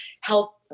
help